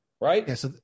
Right